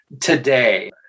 today